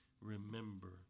Remember